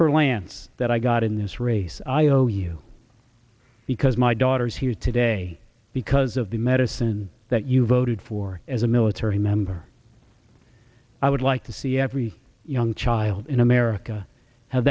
for lance that i got in this race iou because my daughter's here today because of the medicine that you voted for as a military member i would like to see every young child in america have